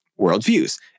worldviews